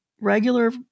regular